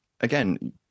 again